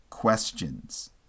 questions